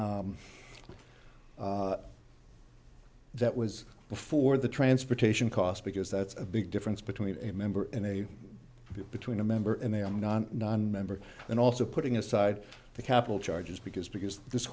was that was before the transportation cost because that's a big difference between a member and a between a member and their non non member and also putting aside the capital charges because because this